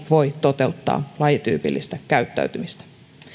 voi toteuttaa lajityypillistä käyttäytymistään